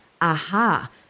aha